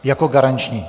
Jako garanční?